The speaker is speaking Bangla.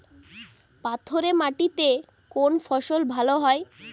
পাথরে মাটিতে কোন ফসল ভালো হয়?